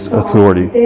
authority